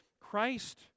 Christ